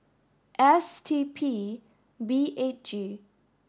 S T P B eight G